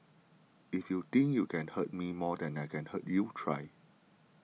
if you think you can hurt me more than I can hurt you try